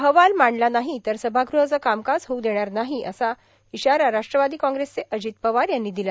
अहवाल मांडला नाही तर सभाग़हाचं कामकाज होऊ देणार नाही अशा इशारा राष्ट्रवादी काँग्रेसचे अजित पवार यांनी दिला